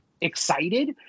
excited